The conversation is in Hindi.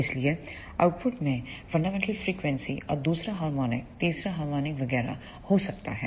इसलिए आउटपुट में फंडामेंटल फ्रिकवेंसी और दूसरा हार्मोनिक तीसरा हार्मोनिक वगैरह हो सकता है